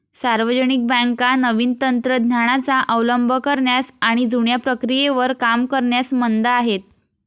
सार्वजनिक बँका नवीन तंत्र ज्ञानाचा अवलंब करण्यास आणि जुन्या प्रक्रियेवर काम करण्यास मंद आहेत